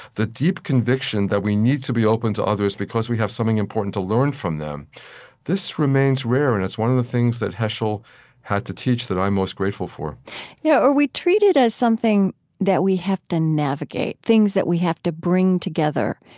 the deep conviction that we need to be open to others, because we have something important to learn from them this remains rare. and it's one of the things that heschel had to teach that i'm most grateful for yeah or we treat it as something that we have to navigate, things that we have to bring together.